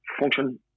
function